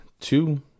two